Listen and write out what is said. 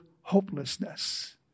hopelessness